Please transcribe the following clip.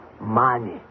money